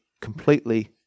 completely